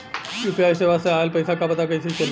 UPI सेवा से ऑयल पैसा क पता कइसे चली?